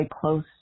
close